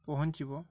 ପହଞ୍ଚିବ